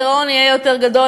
הגירעון יהיה יותר גדול,